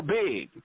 big